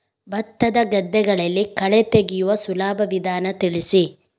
ಭತ್ತದ ಗದ್ದೆಗಳಲ್ಲಿ ಕಳೆ ತೆಗೆಯುವ ಸುಲಭ ವಿಧಾನ ತಿಳಿಸಿ?